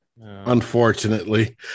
Unfortunately